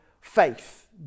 faith